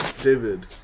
David